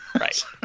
Right